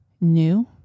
new